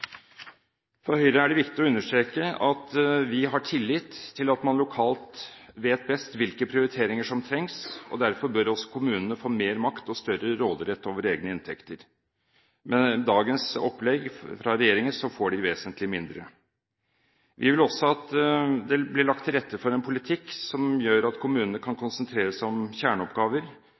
For Høyre er det viktig å understreke at vi har tillit til at man lokalt vet best hvilke prioriteringer som trengs. Derfor bør også kommunene få mer makt og større råderett over egne inntekter. Med dagens opplegg fra regjeringen får de vesentlig mindre. Vi vil også at det blir lagt til rette for en politikk som gjør at kommunene kan konsentrere seg om kjerneoppgaver,